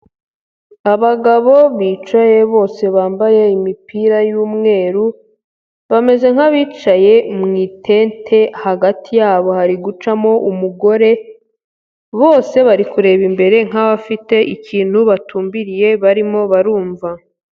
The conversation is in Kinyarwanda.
Abagabo bicaye, bose bambaye imipira y'umweru, bameze nk'abicaye mu itente, hagati yabo hari gucamo umugore, bose bari kureba imbere nk'abafite ikintu batumbiriye, barimo barumva.